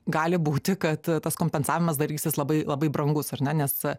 gali būti kad tas kompensavimas darysis labai labai brangus ar ne nes